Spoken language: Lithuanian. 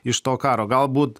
iš to karo galbūt